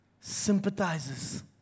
sympathizes